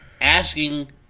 asking